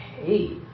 hey